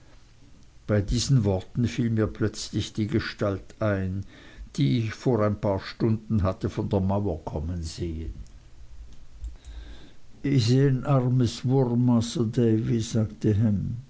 bei diesen worten fiel mir plötzlich die gestalt ein die ich vor ein paar stunden hatte von der mauer kommen sehen is een armes wurm masr davy sagte ham